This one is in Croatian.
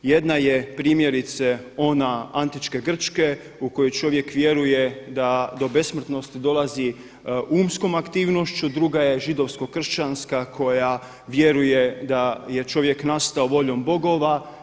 Jedna je primjerice ona antičke Grčke u kojoj čovjek vjeruje da do besmrtnosti dolazi umskom aktivnošću, druga je židovsko-kršćanska koja vjeruje da je čovjek nastao voljom bogova.